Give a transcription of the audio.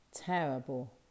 terrible